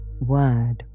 word